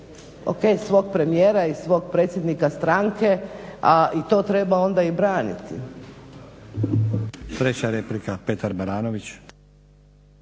o.k. svog premijera i svog predsjednika stranke, a i to treba onda i braniti. **Stazić, Nenad (SDP)**